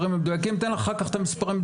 אחת לשנייה,